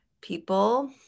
people